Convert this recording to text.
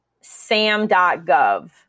sam.gov